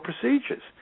procedures